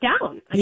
down